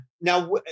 Now